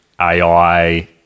ai